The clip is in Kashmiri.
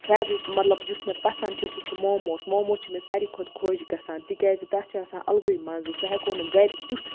فیورِٹ مَطلَب یُس مےٚ پَسَنٛد چھُ سُہ چھُ موموس موموس چھُ مےٚ سارِوٕے کھۄتہٕ خۄش گَژھان تکیٛازِ تَتھ چھُ آسان الگٕے مَزٕ سُہ ہیٚکو نہٕ گَرِ تیُتھ